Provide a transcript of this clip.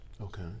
okay